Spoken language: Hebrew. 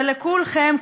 ולכולכם,